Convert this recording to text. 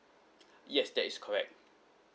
yes that is correct